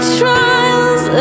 trials